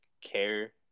care